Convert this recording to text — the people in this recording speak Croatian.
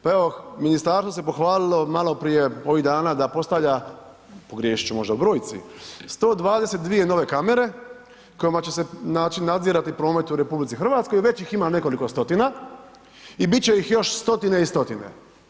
Pa evo ministarstvo se pohvalilo, malo prije, ovih dana da postavlja, pogriješiti ću možda u brojci 122 nove kamere kojima će se znači nadzirati promet u RH i već ih ima nekoliko stotina i biti će ih još stotine i stotine.